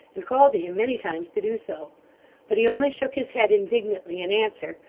and called to him many times to do so but he only shook his head indignantly in answer,